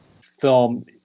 film